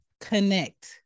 connect